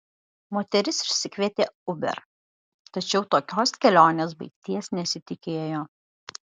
moteris išsikvietė uber tačiau tokios kelionės baigties nesitikėjo